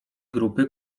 grupy